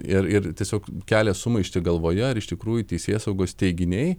ir ir tiesiog kelia sumaištį galvoje ar iš tikrųjų teisėsaugos teiginiai